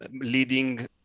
leading